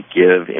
give